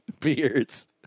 beards